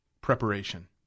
Preparation